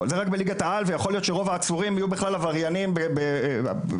ויכול להיות שרוב העצורים יהיו בכלל עבריינים ספורדיים